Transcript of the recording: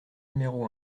numéro